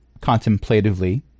contemplatively